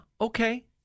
Okay